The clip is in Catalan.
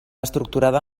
estructurada